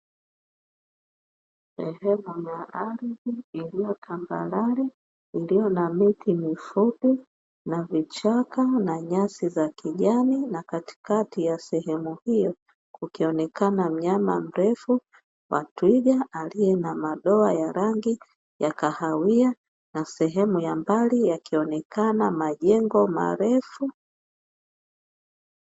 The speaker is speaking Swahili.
Sehemu ya ardhi iliyo tambarare iliyo na miti mifupi na vichaka na nyasi za kijani na katikati ya sehemu hiyo kukionekana mnyama mrefu wa twiga aliye na madoa ya rangi ya kahawia na sehemu ya mbali yakionekana majengo marefu.